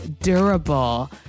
durable